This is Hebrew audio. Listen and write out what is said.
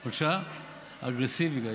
אגרסיבי.